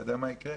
אתה יודע מה יקרה?